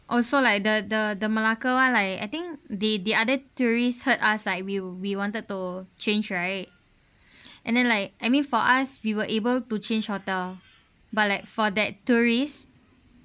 also like the the the malacca one like I think the the other tourist heard us like we we wanted to change right and then like I mean for us we were able to change hotel but like for that tourists